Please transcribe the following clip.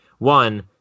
One